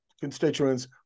constituents